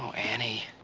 so annie.